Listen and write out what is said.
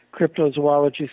cryptozoology